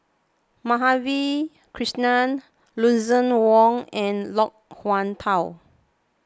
Madhavi Krishnan Lucien Wang and Loke Wan Tho